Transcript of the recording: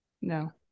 no